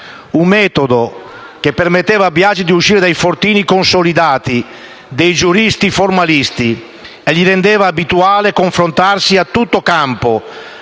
Un metodo che permetteva a Biagi di uscire dai fortini consolidati dei giuristi formalisti e gli rendeva abituale il confrontarsi a tutto campo,